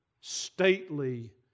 stately